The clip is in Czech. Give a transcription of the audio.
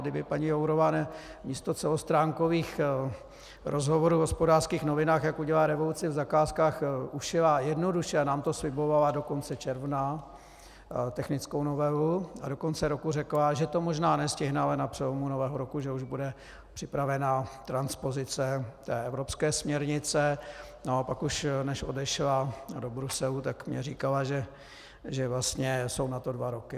Kdyby paní Jourová místo celostránkových rozhovorů v Hospodářských novinách, jak udělá revoluci v zakázkách, ušila jednoduše, a nám to slibovala do konce června, technickou novelu, a do konce roku řekla, že to možná nestihne, ale na přelomu nového roku že už bude připravena transpozice evropské směrnice, no a pak už, než odešla do Bruselu, tak mi říkala, že vlastně jsou na to dva roky.